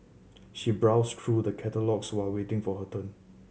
she browsed through the catalogues while waiting for her turn